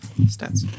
stats